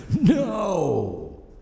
No